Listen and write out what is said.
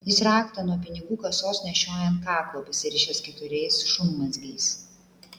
jis raktą nuo pinigų kasos nešioja ant kaklo pasirišęs keturiais šunmazgiais